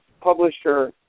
publisher